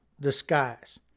disguise